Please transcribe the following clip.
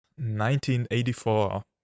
1984